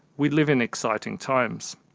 we live in exciting times.